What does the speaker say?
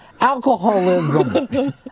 alcoholism